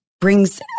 brings